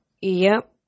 Yep